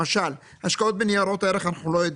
למשל השקעות בניירות ערך, אנחנו לא יודעים.